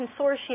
consortium